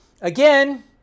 Again